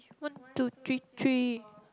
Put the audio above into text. one two three three